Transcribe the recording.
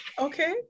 Okay